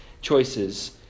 choices